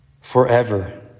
forever